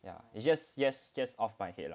ya it's just yes just off my head lah